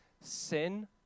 Sin